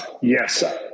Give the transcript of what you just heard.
Yes